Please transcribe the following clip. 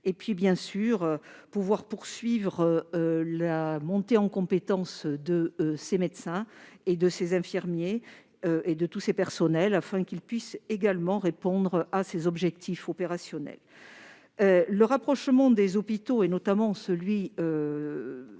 et, bien sûr, poursuivre la montée en compétences de ses médecins, de ses infirmiers et de tous ses personnels, afin que ceux-ci puissent également répondre à ces objectifs opérationnels. Le rapprochement des hôpitaux, notamment